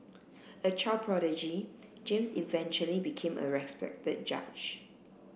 a child prodigy James eventually became a respected judge